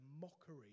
mockery